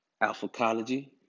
Alpha-cology